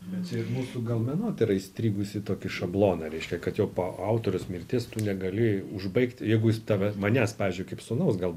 bet mūsų gal menotyra įstrigus į tokį šabloną reiškia kad jau po autoriaus mirties tu negali užbaigti jeigu jis tavęs manęs pavyzdžiui kaip sūnaus gal